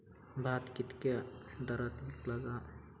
भात कित्क्या दरात विकला जा?